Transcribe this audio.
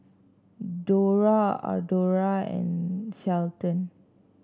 Dora Audra and Shelton